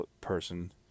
person